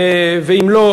ואם לא,